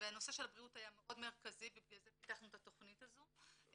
והנושא של הבריאות היה מאוד מרכזי ובגלל זה פיתחנו את התכנית הזאת.